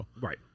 Right